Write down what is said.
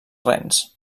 rens